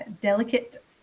delicate